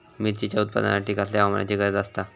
मिरचीच्या उत्पादनासाठी कसल्या हवामानाची गरज आसता?